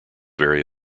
very